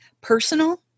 personal